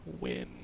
win